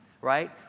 right